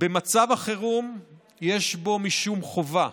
במצב החירום יש משום חובה